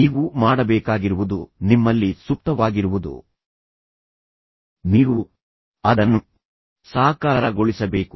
ನೀವು ಮಾಡಬೇಕಾಗಿರುವುದು ನಿಮ್ಮಲ್ಲಿ ಸುಪ್ತವಾಗಿರುವುದು ನೀವು ಅದನ್ನು ಸಾಕಾರಗೊಳಿಸಬೇಕು